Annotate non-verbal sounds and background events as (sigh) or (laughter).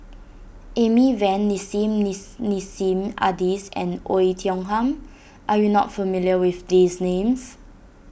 Amy Van Nissim (unintelligible) Nassim Adis and Oei Tiong Ham are you not familiar with these names